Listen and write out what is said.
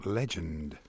legend